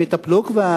הם יטפלו כבר,